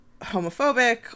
homophobic